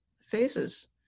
phases